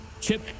Chip